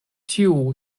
tiu